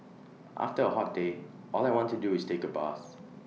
after A hot day all I want to do is take A bath